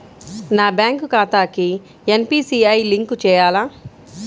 నా బ్యాంక్ ఖాతాకి NPCI link చేయాలా?